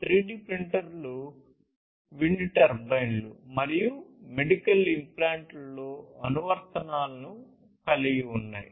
3 D ప్రింటర్లు wind టర్బైన్లు మరియు మెడికల్ ఇంప్లాంట్లలో అనువర్తనాలను కలిగి ఉన్నాయి